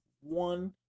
one